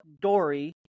Dory